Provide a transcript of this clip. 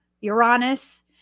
Uranus